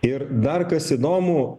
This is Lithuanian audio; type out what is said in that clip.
ir dar kas įdomu